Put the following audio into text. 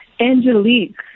Angelique